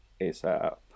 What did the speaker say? ASAP